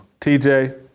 TJ